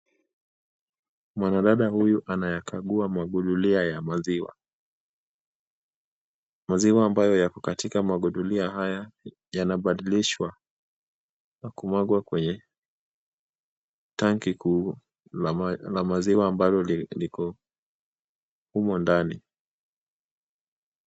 Mwanadada huyu anayakagua magundulia ya maziwa. Maziwa ambayo yako katika magundulia haya yanabadilishwa na kumwagwa kwenye tanki kuu la maziwa ambalo liko humu ndani.